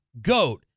goat